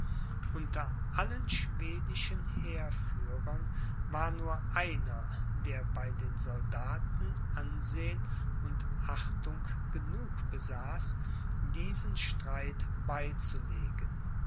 unter allen schwedischen heerführern war nur einer der bei den soldaten ansehen und achtung genug besaß diesen streit beizulegen